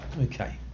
Okay